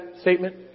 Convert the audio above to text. statement